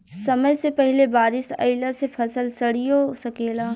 समय से पहिले बारिस अइला से फसल सडिओ सकेला